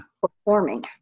performing